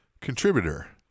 contributor